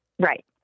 Right